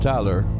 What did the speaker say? Tyler